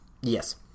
Yes